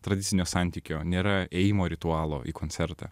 tradicinio santykio nėra ėjimo ritualo į koncertą